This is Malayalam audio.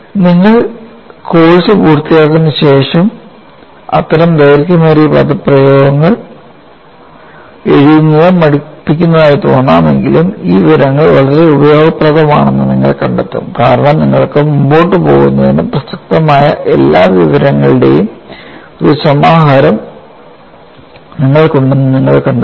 നിങ്ങൾ കോഴ്സ് പൂർത്തിയാക്കിയതിന് ശേഷം അത്തരം ദൈർഘ്യമേറിയ പദപ്രയോഗങ്ങൾ എഴുതുന്നത് മടുപ്പിക്കുന്നതായി തോന്നുമെങ്കിലും ഈ വിവരങ്ങൾ വളരെ ഉപയോഗപ്രദമാണെന്ന് നിങ്ങൾ കണ്ടെത്തും കാരണം നിങ്ങൾക്ക് മുന്നോട്ട് പോകുന്നതിന് പ്രസക്തമായ എല്ലാ വിവരങ്ങളുടെയും ഒരു സമാഹാരം നിങ്ങൾക്കുണ്ടെന്ന് നിങ്ങൾ കണ്ടെത്തും